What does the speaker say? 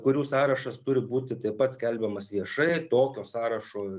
kurių sąrašas turi būti taip pat skelbiamas viešai tokio sąrašo